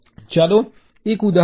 ચાલો એક ઉદાહરણ લઈએ